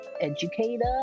educator